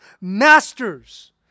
masters